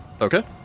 Okay